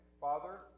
Father